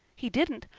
he didn't,